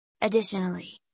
Additionally